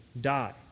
die